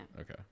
Okay